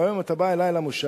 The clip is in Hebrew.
היום אם אתה בא אלי למושב,